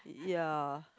ya